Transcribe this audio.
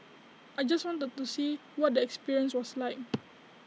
I just wanted to see what the experience was like